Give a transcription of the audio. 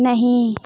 नहीं